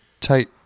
tight